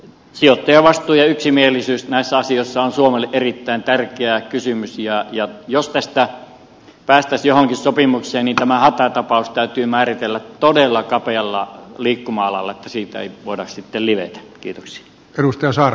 sijoittajavastuu ja yksimielisyys näissä asioissa ovat suomelle erittäin tärkeitä kysymyksiä ja jos tästä päästäisiin johonkin sopimukseen niin tämä hätätapaus täytyy määritellä todella kapealla liikkuma alalla että siitä ei voida sitten livetä